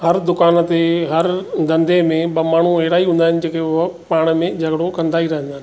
हर दुकान ते हर धंधे में ॿ माण्हू हेड़ा ई हूंदा आहिनि जेके उहो पाण में झगड़ो कंदा ई रहंदा आहिनि